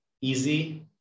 easy